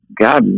God